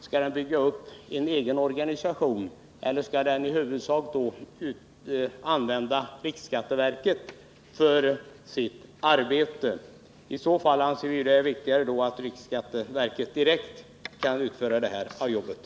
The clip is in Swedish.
Skall den bygga upp en egen organisation, eller skall den i huvudsak använda riksskatteverkets resurser för sitt arbete? Om det senare är avsikten, anser vi det vara riktigare att riksskatteverket direkt utför detta arbete.